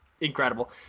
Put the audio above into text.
incredible